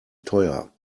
teuer